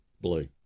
Blue